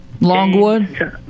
Longwood